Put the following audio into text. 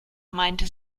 meinte